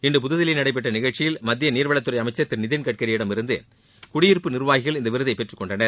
இன்று புதுதில்லியில் நடைபெற்ற நிகழ்ச்சியில் மத்திய நீர்வளத்துறை அமைச்சர் திரு நிதின்கட்கரியிடம் இருந்து குடியிருப்பு நிர்வாகிகள் இந்த விருதை பெற்றுக் கொண்டனர்